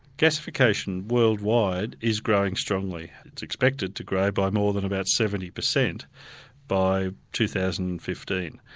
gasification worldwide is growing strongly. it's expected to grow by more than about seventy percent by two thousand and fifteen.